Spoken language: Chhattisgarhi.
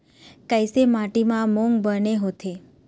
कइसे माटी म मूंग बने होथे?